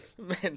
Man